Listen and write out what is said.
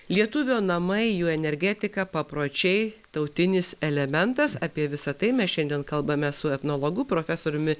lietuvio namai jų energetika papročiai tautinis elementas apie visa tai mes šiandien kalbame su etnologu profesoriumi